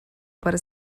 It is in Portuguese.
para